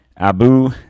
Abu